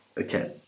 Okay